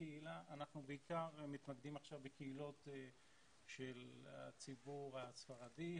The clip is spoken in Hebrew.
קהילה אנחנו בעיקר מתמקדים עכשיו בקהילות של הציבור הספרדי,